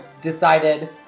decided